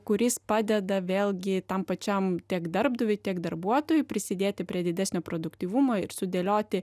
kuris padeda vėlgi tam pačiam tiek darbdaviui tiek darbuotojui prisidėti prie didesnio produktyvumo ir sudėlioti